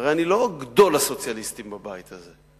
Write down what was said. הרי אני לא גדול הסוציאליסטים בבית הזה: